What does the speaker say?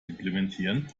implementieren